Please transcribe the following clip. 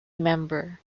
member